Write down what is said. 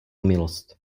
milost